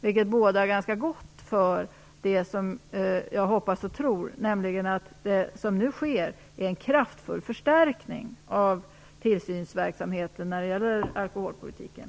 Det bådar ganska gott för det som jag hoppas och tror, nämligen att det som nu sker är en kraftfull förstärkning av tillsynsverksamheten när det gäller alkoholpolitiken.